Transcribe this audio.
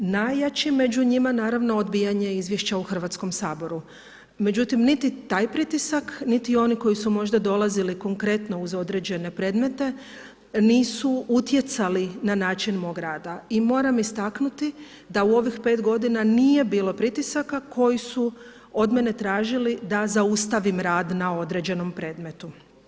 Najjači među njima naravno je odbijanje izvješća u Hrvatskom saboru, međutim niti taj pritisak niti oni koji su možda dolazili konkretno uz određene predmete nisu utjecali na način mog rada i moramo istaknuti da u ovih pet godina nije bilo pritisaka koji su od mene tražili da zaustavim rad na određenom predmetu.